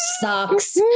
sucks